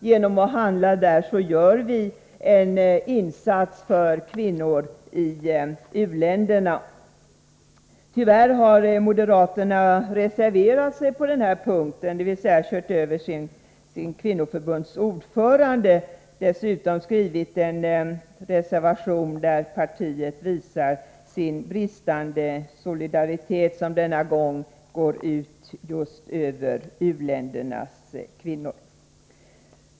Genom att handla där gör vi en insats för kvinnor i u-länderna. Tyvärr har moderaterna reserverat sig på den här punkten, dvs. kört över sitt kvinnoförbunds ordförande. I reservationen visar partiet sin bristande solidaritet, som den här gången går ut just över u-ländernas kvinnor.